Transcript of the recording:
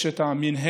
יש את המינהלת,